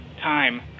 Time